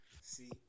See